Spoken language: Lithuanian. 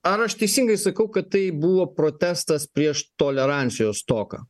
ar aš teisingai sakau kad tai buvo protestas prieš tolerancijos stoką